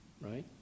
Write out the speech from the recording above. right